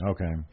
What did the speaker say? Okay